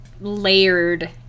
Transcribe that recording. layered